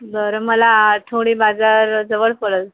बरं मला आठवडी बाजार जवळ पडेल